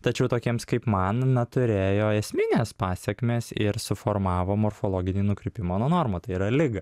tačiau tokiems kaip man na turėjo esminės pasekmės ir suformavo morfologinį nukrypimą nuo normų tai yra ligą